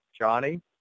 Johnny